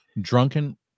drunken